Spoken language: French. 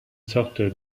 sorte